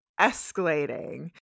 escalating